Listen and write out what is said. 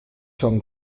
són